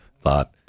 Thought